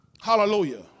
Hallelujah